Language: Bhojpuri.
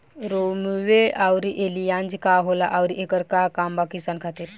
रोम्वे आउर एलियान्ज का होला आउरएकर का काम बा किसान खातिर?